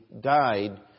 died